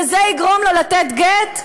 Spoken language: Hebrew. וזה יגרום לו לתת גט?